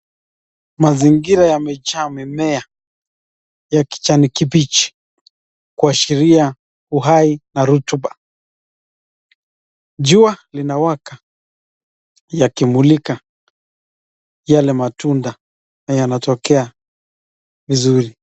Mazingira yamejaa mimea ya kijani kibichi kuashiria uhai na rotuba, jua linawaka yakimulika yale matunda na yanatokea vizuri.